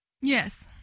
Yes